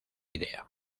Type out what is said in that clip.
idea